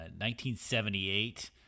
1978